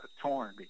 torn